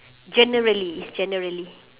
generally it's generally